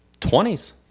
20s